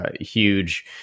huge